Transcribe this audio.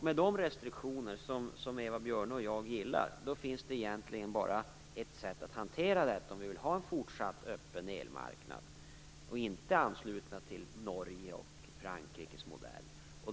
Med de restriktioner som Eva Björne och jag gillar, finns det egentligen bara ett sätt att hantera detta om vi vill ha en fortsatt öppen elmarknad, och inte ansluta oss till Norges och Frankrikes modell.